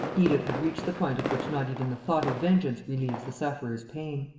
edith had reached the point at which not even the thought of vengeance relieves the sufferer's pain.